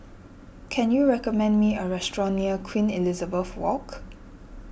can you recommend me a restaurant near Queen Elizabeth Walk